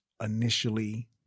initially